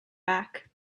back